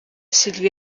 sylvie